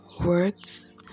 words